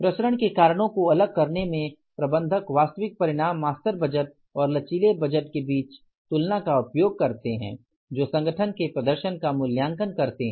प्रसरण के कारणों को अलग करने में प्रबंधक वास्तविक परिणाम मास्टर बजट और लचीले बजट के बीच तुलना का उपयोग करते हैं जो संगठन के प्रदर्शन का मूल्यांकन करते हैं